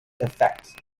effect